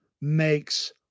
makes